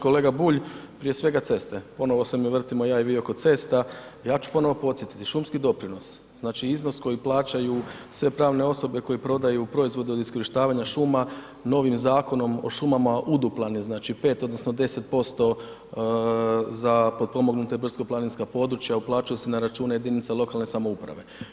Kolega Bulj, prije svega ceste, ponovo se mi vrtimo, ja i vi oko cesta, ja ću ponovo podsjetiti, šumski doprinos, znači iznos koji plaćaju sve pravne osobe koje prodaju proizvod od iskorištavanja šuma novim Zakonom o šumama uduplan je znači 5 odnosno 10% za potpomognute brdsko-planinska područja uplaćuje se na račune jedinica lokalne samouprave.